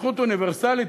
וזכות אוניברסלית,